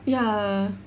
ya